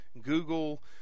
google